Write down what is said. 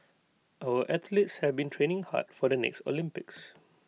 our athletes have been training hard for the next Olympics